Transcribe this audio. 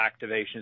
activations